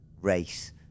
race